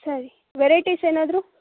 ಸರಿ ವೆರೈಟೀಸ್ ಏನಾದರೂ